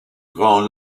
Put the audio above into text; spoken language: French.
grand